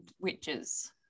witches